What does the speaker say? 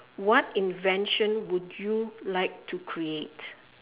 what invention would you like to create